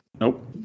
Nope